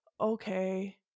okay